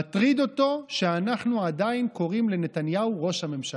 מטריד אותו שאנחנו עדיין קוראים לנתניהו "ראש הממשלה".